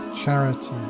charity